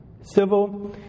civil